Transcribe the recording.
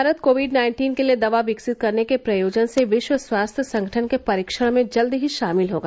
Bharat COVID nineteen के लिए दवा विकसित करने के प्रयोजन से विश्व स्वास्थ्य संगठन के परीक्षण में जल्दी ही शामिल होगा